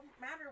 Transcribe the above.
matter